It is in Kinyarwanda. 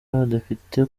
abadepite